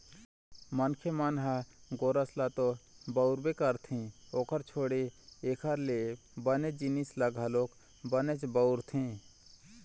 मनखे मन ह गोरस ल तो बउरबे करथे ओखर छोड़े एखर ले बने जिनिस ल घलोक बनेच बउरथे